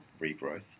regrowth